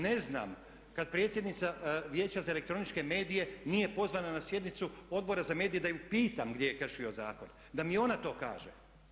Ne znam, kad predsjednica Vijeća za elektroničke medije nije pozvana na sjednicu Odbora za medije da je pitam gdje je kršio zakon da mi ona to kaže.